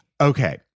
Okay